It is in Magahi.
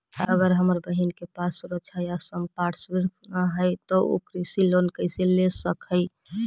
अगर हमर बहिन के पास सुरक्षा या संपार्श्विक ना हई त उ कृषि लोन कईसे ले सक हई?